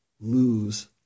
lose